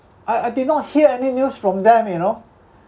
I I did not hear any news from them you know